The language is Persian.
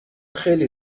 خیلی